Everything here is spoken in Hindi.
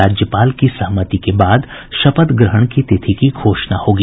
राज्यपाल की सहमति के बाद शपथ ग्रहण की तिथि की घोषणा होगी